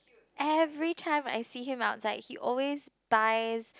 every time I see him outside he always buys